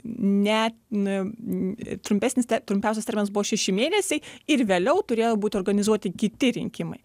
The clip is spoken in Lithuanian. ne nu trumpesnis te trumpiausias terminas buvo šeši mėnesiai ir vėliau turėjo būti organizuoti kiti rinkimai